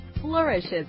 flourishes